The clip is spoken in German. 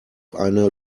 eine